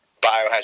Biohazard